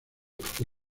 que